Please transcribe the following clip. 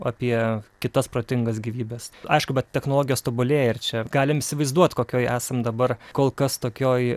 apie kitas protingas gyvybes aišku bet technologijos tobulėja ir čia galim įsivaizduot kokioj esam dabar kol kas tokioj